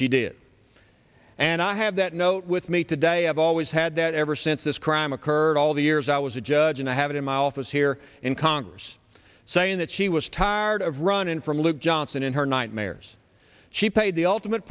she did and i have that note with me today i've always had that ever since this crime occurred all the years i was a judge and i have it in my office here in congress saying that she was tired of runnin from luke johnson in her nightmares she paid the ultimate